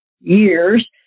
years